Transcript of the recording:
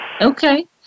Okay